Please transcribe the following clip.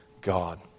God